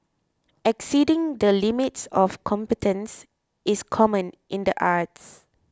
exceeding the limits of competence is common in the arts